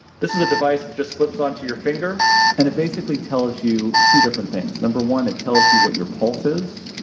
this is a device that just slips onto your finger and it basically tells you two different things. number one, it tells you what your pulse is,